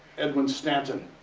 edwin stanton.